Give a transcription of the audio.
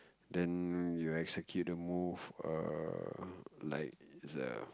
then you execute the move err like the